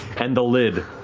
and the lid,